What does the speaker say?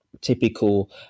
typical